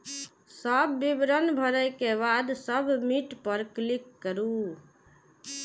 सब विवरण भरै के बाद सबमिट पर क्लिक करू